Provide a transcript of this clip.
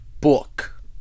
book